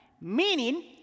meaning